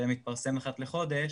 זה מתפרסם אחת לחודש,